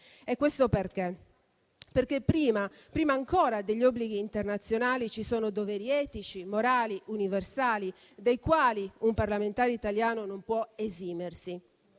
e questo perché, prima ancora degli obblighi internazionali, ci sono doveri etici, morali e universali dai quali un parlamentare italiano non può esimersi.